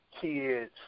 kids